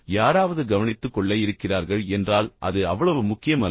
யாராவது கவனித்துக் கொள்ள இருக்கிறார்கள் என்றால் அது அவ்வளவு முக்கியமல்ல